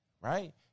right